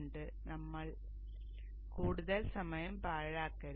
അതിനാൽ നമ്മൾ കൂടുതൽ സമയം പാഴാക്കരുത്